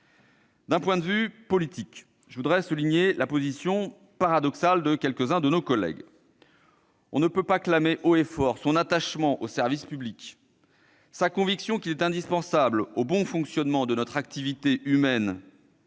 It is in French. D'un point de vue politique, je veux souligner la position paradoxale de quelques-uns de nos collègues. En effet, on ne peut pas clamer haut et fort son attachement au service public, sa conviction qu'il est indispensable au bon fonctionnement de notre activité humaine,